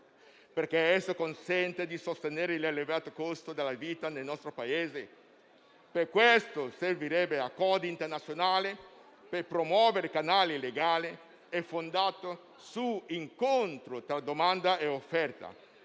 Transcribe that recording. perché esso consente di sostenere l'elevato costo della vita nel nostro Paese. Per tale ragione servirebbero accordi internazionali, per promuovere canali legali, fondati su incontro tra domanda e offerta